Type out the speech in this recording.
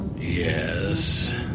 Yes